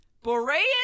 Boreas